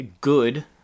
good